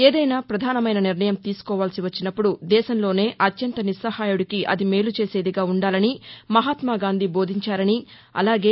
ఏదైనా పధానమైన నిర్ణయం తీసుకోవాల్సి వచ్చినప్పుడు దేశంలోనే అత్యంత నిస్సహాయుడికి అది మేలు చేసేదిగా ఉండాలని మహాత్మాగాంధీ బోధించారనీ అలాగే